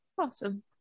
awesome